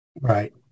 Right